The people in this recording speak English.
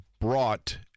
brought